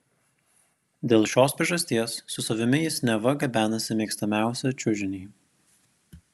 dėl šios priežasties su savimi jis neva gabenasi mėgstamiausią čiužinį